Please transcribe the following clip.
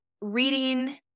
reading